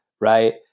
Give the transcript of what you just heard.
right